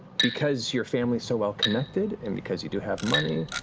because your family's so well-connected, and because you do have money,